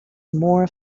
more